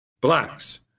blacks